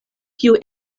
kiu